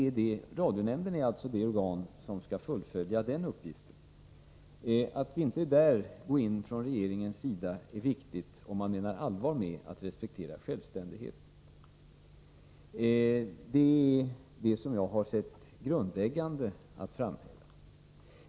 Radionämnden är alltså det organ som skall fullfölja den uppgiften. Att vi inte går in därvidlag från regeringens sida är viktigt om vi menar allvar med att respektera självständigheten. Jag har sett det som grundläggande att framhäva detta.